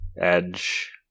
Edge